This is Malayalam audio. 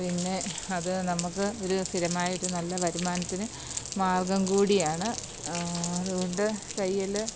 പിന്നെ അത് നമ്മള്ക്ക് ഒരു സ്ഥിരമായിയൊരു നല്ല വരുമാനത്തിന് മാര്ഗം കൂടിയാണ് അതുകൊണ്ട് തയ്യല്